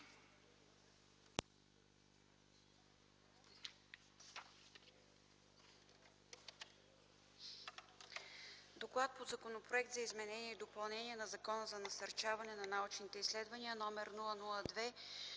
относно Законопроект за изменение и допълнение на Закона за насърчаване на научните изследвания, №